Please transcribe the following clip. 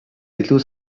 илүү